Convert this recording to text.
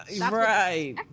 Right